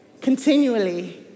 Continually